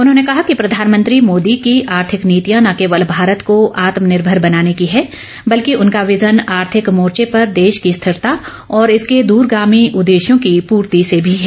उन्होंने कहा कि प्रधानमंत्री मोदी की आर्थिक नीतियां न केवल भारत को आत्मनिर्भर बनाने की है बल्कि उनका विजन आर्थिक मोर्चे पर देश की स्थिरता और इसके दूरगामी उद्देश्यों की पूर्ति से भी है